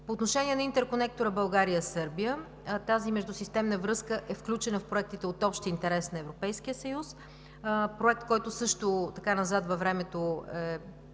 По отношение на интерконектора България – Сърбия. Тази междусистемна връзка е включена в проектите от общ интерес на Европейския съюз, проект, който също назад във времето е